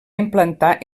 implantar